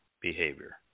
behavior